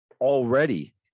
already